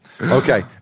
Okay